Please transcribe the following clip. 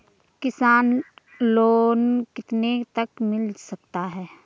किसान लोंन कितने तक मिल सकता है?